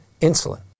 insulin